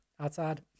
Outside